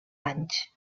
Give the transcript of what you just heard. anys